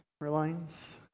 Reliance